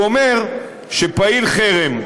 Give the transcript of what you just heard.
הוא אומר שפעיל חרם,